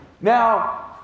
Now